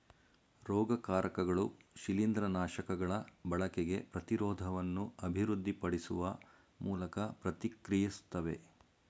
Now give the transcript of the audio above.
ರೋಗಕಾರಕಗಳು ಶಿಲೀಂದ್ರನಾಶಕಗಳ ಬಳಕೆಗೆ ಪ್ರತಿರೋಧವನ್ನು ಅಭಿವೃದ್ಧಿಪಡಿಸುವ ಮೂಲಕ ಪ್ರತಿಕ್ರಿಯಿಸ್ತವೆ